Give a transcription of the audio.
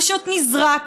פשוט נזרק,